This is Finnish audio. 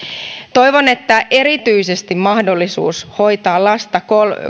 toivon että erityisesti mahdollisuus hoitaa lasta